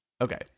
okay